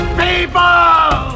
people